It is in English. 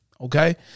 Okay